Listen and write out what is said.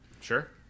Sure